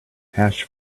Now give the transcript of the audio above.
hash